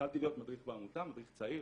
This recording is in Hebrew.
והתחלתי להיות מדריך בעמותה, מדריך צעיר.